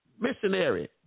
missionary